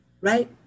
right